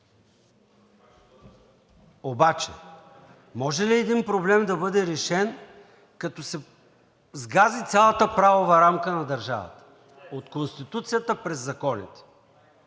Обаче може ли един проблем да бъде решен, като се сгази цялата правова рамка на държавата от Конституцията през законите?